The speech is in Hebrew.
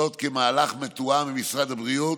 זאת, כמהלך מתואם עם משרד הבריאות,